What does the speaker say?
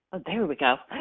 ah there we go.